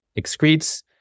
excretes